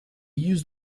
use